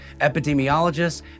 epidemiologists